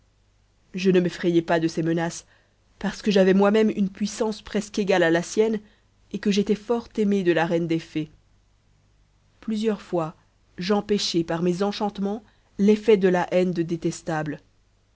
je ne m'effrayai pas de ses menaces parce que j'avais moi-même une puissance presque égale à la sienne et que j'étais fort aimé de la reine des fées plusieurs fois j'empêchai par mes enchantements l'effet de la haine de détestable